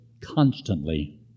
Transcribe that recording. constantly